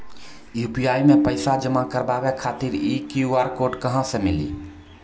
UPI मे पैसा जमा कारवावे खातिर ई क्यू.आर कोड कहां से मिली?